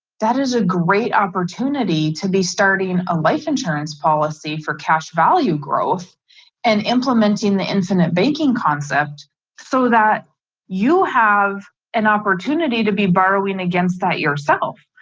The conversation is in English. that is a great opportunity to be starting a life insurance policy for cash value growth and implementing the infinite baking concept so that you have an opportunity to be borrowing against that yourself.